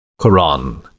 Quran